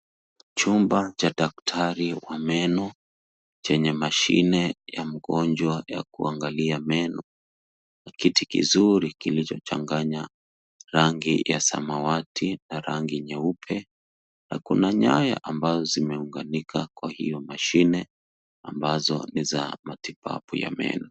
Chumba cha daktari wa meno chenye mashini ya mgonjwa ya kuangalia meno, na kiti kizuri kilichochanganya rangi ya samawati na rangi nyeupe. Na kuna nyaya ambazo zimeunganika kwa hiyo mashine ambazo ni za matibabu ya meno.